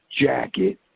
jacket